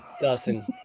Dustin